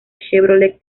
chevrolet